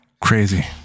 Crazy